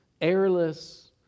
airless